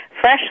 Fresh